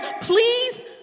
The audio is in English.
please